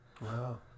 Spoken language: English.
Wow